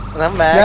number